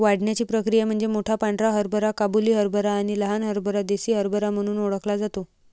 वाढण्याची प्रक्रिया म्हणजे मोठा पांढरा हरभरा काबुली हरभरा आणि लहान हरभरा देसी हरभरा म्हणून ओळखला जातो